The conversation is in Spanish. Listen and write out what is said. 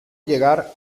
llegar